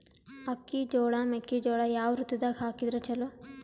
ಅಕ್ಕಿ, ಜೊಳ, ಮೆಕ್ಕಿಜೋಳ ಯಾವ ಋತುದಾಗ ಹಾಕಿದರ ಚಲೋ?